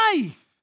life